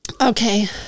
Okay